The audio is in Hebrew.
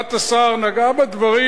תשובת השר נגעה בדברים,